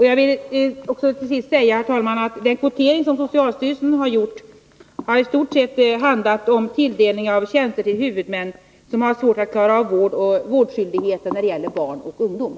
Jag vill till sist säga, herr talman, att den kvotering som socialstyrelsen hittills har gjort i stort sett enbart handlat om tilldelning av tjänster till huvudmän som haft svårt att klara av vårdskyldigheten för barn och ungdomar.